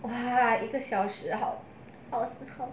!wah! 一个小时好好心疼